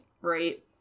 right